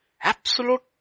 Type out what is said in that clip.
Absolute